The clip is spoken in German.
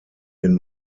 den